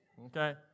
Okay